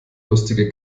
lustige